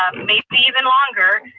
um maybe even longer,